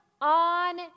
on